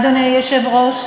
אדוני היושב-ראש,